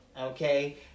Okay